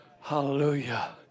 Hallelujah